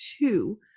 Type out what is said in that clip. Two